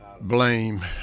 blame